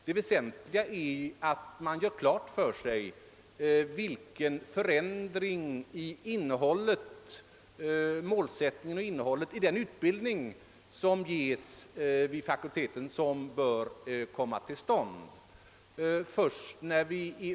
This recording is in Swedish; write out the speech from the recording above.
Det väsentliga är att man gör klart för sig vilken förändring som bör ske i målsättningen och innehållet i den utbildning som ges vid fakulteten.